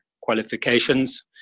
qualifications